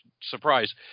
surprise